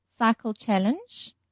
cyclechallenge